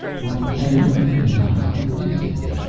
one cannot hypnotise through distance.